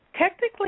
technically